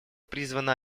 призвано